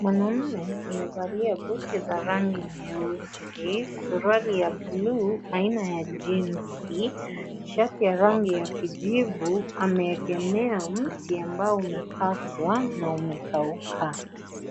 Mwanamume amevalia buti za rangi nyeusi, suruali ya bluu aina ya jeansi , shati ya rangi ya kijivu, ameegemea mti ambao umekatwa na umekauka.